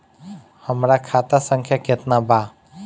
हमरा खाता संख्या केतना बा?